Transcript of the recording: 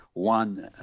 one